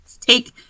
take